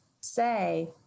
say